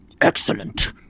Excellent